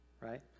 right